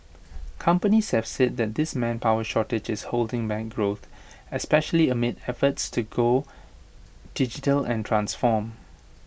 companies have said that this manpower shortage is holding back growth especially amid efforts to go digital and transform